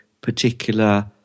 particular